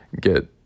get